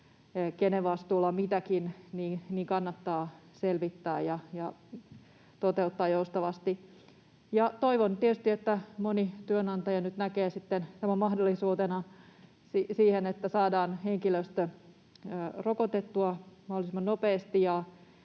kenen vastuulla on mitäkin, kannattaa selvittää ja toteuttaa joustavasti. Toivon tietysti, että moni työnantaja nyt näkee tämän mahdollisuutena siihen, että saadaan henkilöstö rokotettua mahdollisimman nopeasti